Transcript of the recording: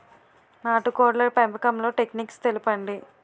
నాటుకోడ్ల పెంపకంలో టెక్నిక్స్ తెలుపండి?